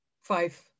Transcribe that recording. five